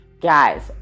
Guys